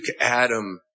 Adam